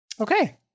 Okay